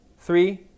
Three